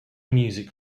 music